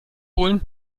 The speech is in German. holen